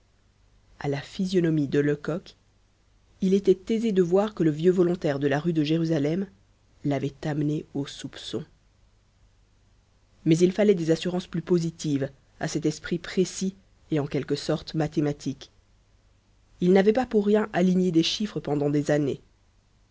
à la physionomie de lecoq il était aisé de voir que le vieux volontaire de la rue de jérusalem l'avait amené au soupçon mais il fallait des assurances plus positives à cet esprit précis et en quelque sorte mathématique il n'avait pas pour rien aligné des chiffres pendant des années